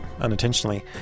unintentionally